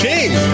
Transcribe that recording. King